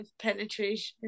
penetration